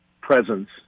presence